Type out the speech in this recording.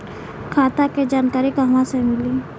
खाता के जानकारी कहवा से मिली?